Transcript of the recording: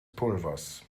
pulvers